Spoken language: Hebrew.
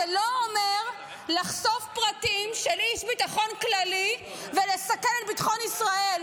זה לא אומר לחשוף פרטים של איש ביטחון כללי ולסכן את ביטחון ישראל.